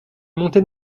montait